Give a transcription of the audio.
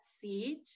seed